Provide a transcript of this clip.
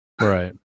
right